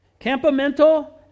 campamento